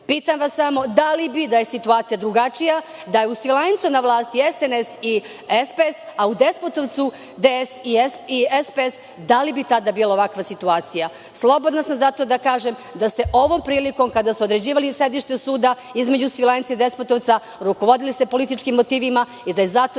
SPS.Pitam vas samo – da li bi da je situacija drugačija, da je u Svilajncu na vlasti SNS i SPS, a u Despotovcu DS i SPS, da li bi tada bila ovakva situacija? Slobodna sam zato da kažem da ste ovom prilikom, kada ste određivali sedište suda između Svilajnca i Despotovca, rukovodili se političkim motivima i da je zato